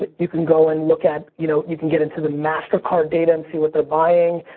but you can go and look at. you know you can get into the mastercard data and see what they're buying.